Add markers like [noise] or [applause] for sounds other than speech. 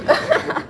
[laughs]